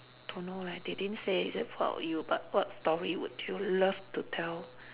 don't know leh they didn't say is it about you but what story would you love to tell